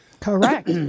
Correct